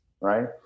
right